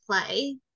play